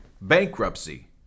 bankruptcy